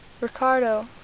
Ricardo